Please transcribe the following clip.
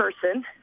person